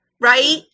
right